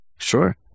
Sure